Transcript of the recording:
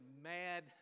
mad